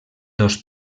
dos